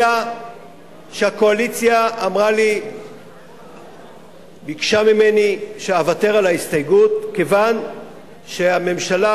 אלא שהקואליציה ביקשה ממני שאוותר על ההסתייגות כיוון שהממשלה